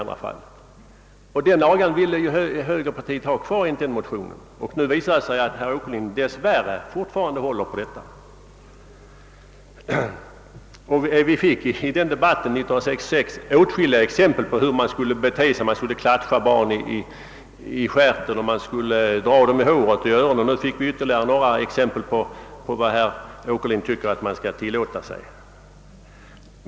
Högern ville enligt detta motionispar ha kvar agan, och nu visar det sig att herr Åkerlind dess värre fortfaran'de håller på den. I debatten år 1966 fick vi åtskilliga exempel på hur man skulle bete sig: man skulle klatscha barn i stjärten och man skulle dra dem i håret och i öronen. Nu har vi fått ytterligare några prov på vad herr Åkerlind anser att man skall tillåta sig.